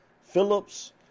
Phillips